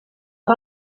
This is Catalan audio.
que